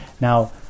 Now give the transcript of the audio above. Now